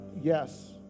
yes